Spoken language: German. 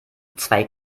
zwei